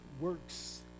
works